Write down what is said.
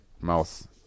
mouse